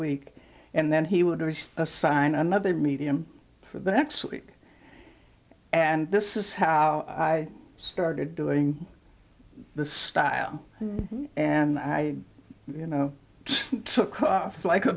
week and then he would assign another medium for the next week and this is how i started doing the style and i you know took off like a